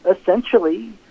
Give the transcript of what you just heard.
essentially